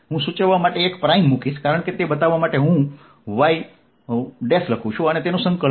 હું સૂચવવા માટે એક પ્રાઇમ મૂકીશ કારણ કે તે બતાવવા માટે હું y લખું છું અને તેનું સંકલન કરું છું